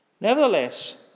Nevertheless